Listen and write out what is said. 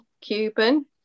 Cuban